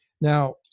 Now